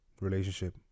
relationship